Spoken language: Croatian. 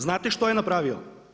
Znate što je napravio?